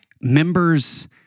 members